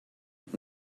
hat